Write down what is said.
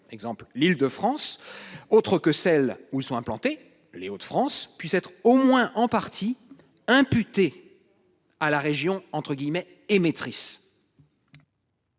l'Île-de-France. Autre que celle où sont implantés les Hauts-de-France puisse être au moins en partie imputé. À la région entre